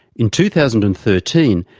in two thousand and thirteen,